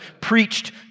preached